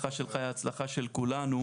ההצלחה שלך היא הצלחה של כולנו.